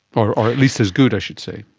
or at least as good, i should say.